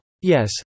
Yes